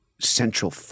central